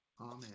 Amen